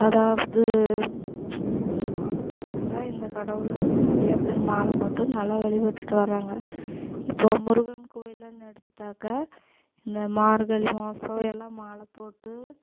அதாவது இந்த மாசன் எடுத்துகிட்டா இந்த கடவுள்ன்னு நிறைய பேர் மாலை போட்டு நல்ல வழிபட்டுகிட்டு வராங்க இப்போ முருகன் கோயிலுன்னு எடுத்துகிட்டாக்கா இந்த மார்கழி மாதம் எல்லாம் மாலை போட்டு